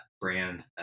brand